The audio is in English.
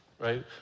right